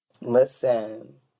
Listen